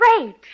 great